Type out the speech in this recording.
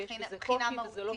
ויש בזה קושי וזה לא פשוט,